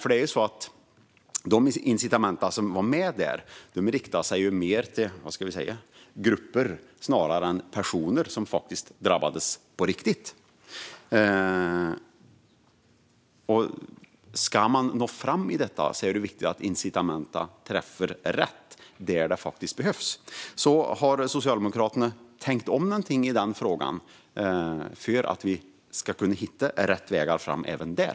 De incitament som fanns med i propositionen riktade sig snarare till grupper än till personer som drabbades på riktigt. Om man ska nå fram är det viktigt att incitamenten träffar rätt - där de behövs. Har Socialdemokraterna tänkt om i denna fråga så att vi kan hitta rätt vägar fram även där?